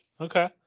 okay